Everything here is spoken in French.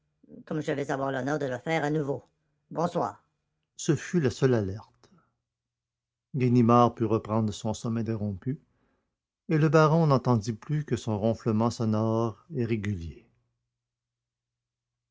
comme je vais avoir l'honneur de le faire à nouveau bonsoir ce fut la seule alerte ganimard put reprendre son somme interrompu et le baron n'entendit plus que son ronflement sonore et régulier